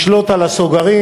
לשלוט על הסוגרים,